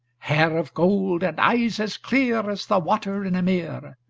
hair of gold, and eyes as clear as the water in a mere,